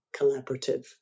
collaborative